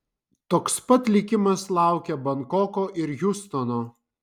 toks pat likimas laukia bankoko ir hjustono